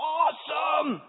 awesome